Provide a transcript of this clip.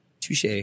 Touche